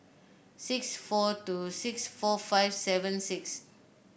six four two six four five seven six